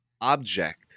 object